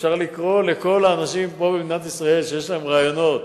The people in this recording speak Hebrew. אפשר לקרוא לכל האנשים במדינת ישראל שיש להם רעיונות